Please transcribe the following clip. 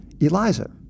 Eliza